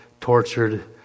tortured